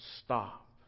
stop